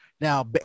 now